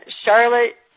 Charlotte